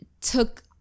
took